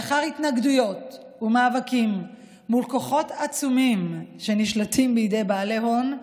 לאחר התנגדויות ומאבקים מול כוחות עצומים שנשלטים בידי בעלי הון,